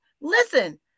listen